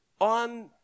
on